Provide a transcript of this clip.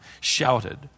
shouted